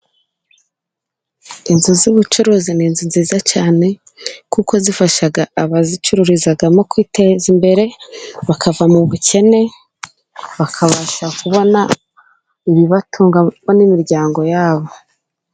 Inzu z'ubucuruzi ni inzu nziza cyane kuko zifasha abazicururizamo kwiteza imbere bakava mu bukene, bakabasha kubona ibibatunga bo n'imiryango yabo.